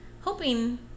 Hoping